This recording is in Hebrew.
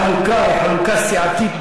החלוקה היא חלוקה סיעתית,